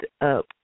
up